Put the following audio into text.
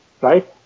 right